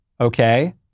Okay